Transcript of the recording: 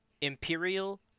Imperial